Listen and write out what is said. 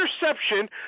interception